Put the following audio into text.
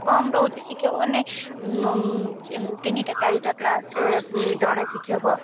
କମ୍ ରହୁଛି ଶିକ୍ଷକ ମାନେ ତିନିଟା ଚାରିଟା କ୍ଲାସରେ ଜଣେ ଶିକ୍ଷକ